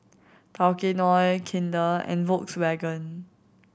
Tao Kae Noi Kinder and Volkswagen